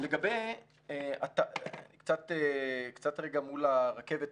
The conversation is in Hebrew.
קצת רגע מול הרכבת,